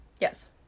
Yes